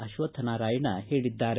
ಅಶ್ವತ್ಥನಾರಾಯಣ ಹೇಳಿದ್ದಾರೆ